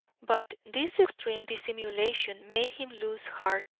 but this extreme dissimulation made him lose heart.